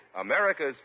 America's